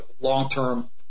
long-term